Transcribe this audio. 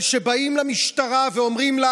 אבל כשבאים למשטרה ואומרים לה: